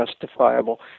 justifiable